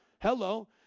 Hello